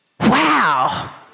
Wow